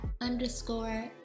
underscore